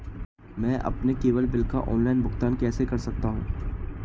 मैं अपने cable bill का ऑनलाइन भुगतान कैसे कर सकता हूं?